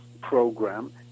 program